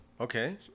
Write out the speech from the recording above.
okay